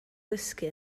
dysgu